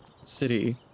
city